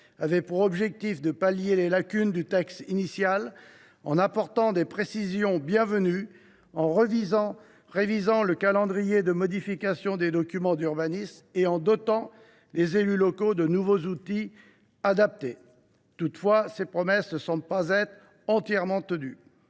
avaient pour but de combler les lacunes du texte initial, en apportant des précisions bienvenues, en révisant le calendrier de modification des documents d’urbanisme et en dotant les élus locaux de nouveaux outils plus adaptés. Toutefois, ces promesses ne semblent pas entièrement tenues.